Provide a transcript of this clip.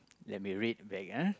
let me read back ah